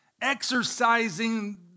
exercising